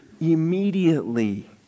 immediately